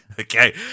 Okay